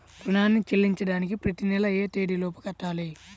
రుణాన్ని చెల్లించడానికి ప్రతి నెల ఏ తేదీ లోపు కట్టాలి?